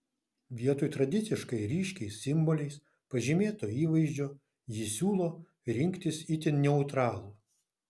vietoj tradiciškai ryškiais simboliais pažymėto įvaizdžio ji siūlo rinktis itin neutralų